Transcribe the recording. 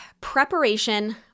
preparation